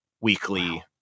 weekly